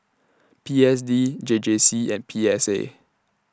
P S D J J C and P S A